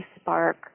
spark